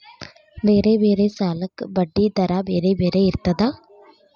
ಬೇರೆ ಬೇರೆ ಸಾಲಕ್ಕ ಬಡ್ಡಿ ದರಾ ಬೇರೆ ಬೇರೆ ಇರ್ತದಾ?